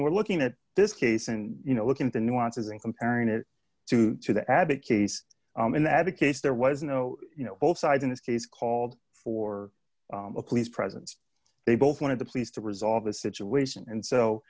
we're looking at this case and you know looking at the nuances and comparing it to to the abbott case and the advocates there was no you know both sides in this case called for a police presence they both wanted to police to resolve the situation and so